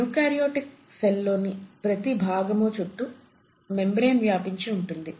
eukaryotic cell లోని ప్రతి భాగము చుట్టూ మెంబ్రేన్ వ్యాపించి ఉంటుంది